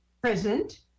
Present